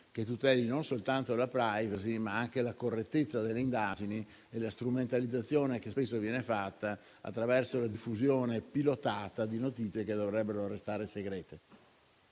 che tuteli non soltanto la *privacy*, ma anche la correttezza delle indagini e scongiuri la strumentalizzazione che spesso viene fatta attraverso la diffusione pilotata di notizie che dovrebbero restare segrete.